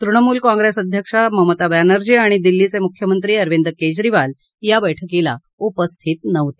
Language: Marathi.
तृणमूल काँग्रेस अध्यक्ष ममता बॅनर्जी आणि दिल्लीचे मुख्यमंत्री अरविंद केजरीवाल या बैठकीला उपस्थित नव्हते